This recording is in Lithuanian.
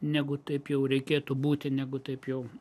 negu taip jau reikėtų būti negu taip jau